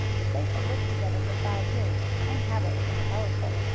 but they had lived together for five years, and habit was powerful.